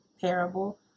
parable